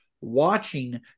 watching